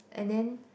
and then